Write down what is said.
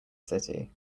city